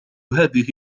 هذه